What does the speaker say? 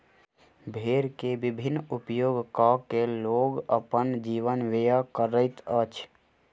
भेड़ के विभिन्न उपयोग कय के लोग अपन जीवन व्यय करैत अछि